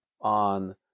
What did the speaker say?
on